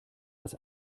was